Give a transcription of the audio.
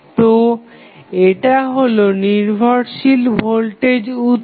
তো এটা হলো নির্ভরশীল ভোল্টেজ উৎস